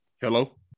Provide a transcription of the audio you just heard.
Hello